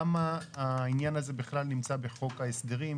למה העניין הזה בכלל נמצא בחוק ההסדרים?